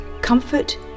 comfort